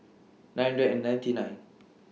nine hundred and ninety nine